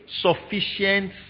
sufficient